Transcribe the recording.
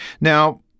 Now